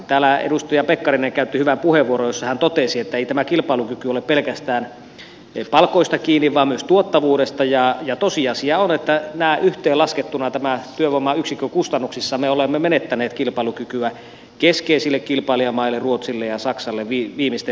täällä edustaja pekkarinen käytti hyvän puheenvuoron jossa hän totesi että ei tämä kilpailukyky ole pelkästään palkoista kiinni vaan myös tuottavuudesta ja tosiasia on että yhteenlaskettuna työvoimayksikkökustannuksissa me olemme menettäneet kilpailukykyä keskeisille kilpailijamaille ruotsille ja saksalle viimeisten vuosien aikana